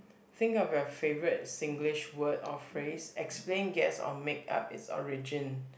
think of your favourite Singlish word or phrase explain guess or make-up it's origin